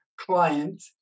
client